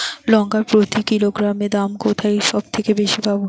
লঙ্কা প্রতি কিলোগ্রামে দাম কোথায় সব থেকে বেশি পাব?